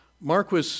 Marquis